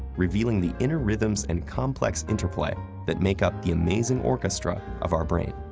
revealing the inner rhythms and complex interplay that make up the amazing orchestra of our brain.